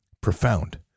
Profound